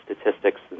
statistics